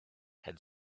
had